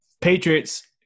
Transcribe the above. Patriots